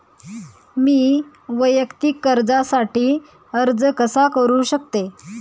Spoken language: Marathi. मी वैयक्तिक कर्जासाठी अर्ज कसा करु शकते?